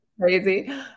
crazy